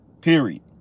period